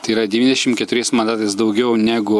tai yra devyniasdešim keturiais mandatais daugiau negu